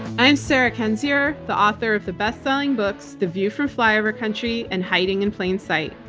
i'm sarah kendzior, the author of the bestselling books, the view from flyover country and hiding in plain sight.